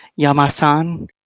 Yamasan